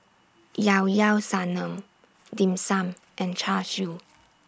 Llao Llao Sanum Dim Sum and Char Siu